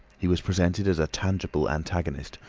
he was presented as a tangible antagonist,